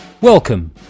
Welcome